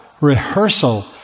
rehearsal